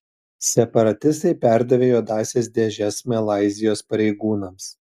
separatistai perdavė juodąsias dėžes malaizijos pareigūnams